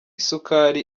isukari